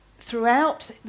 throughout